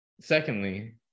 Secondly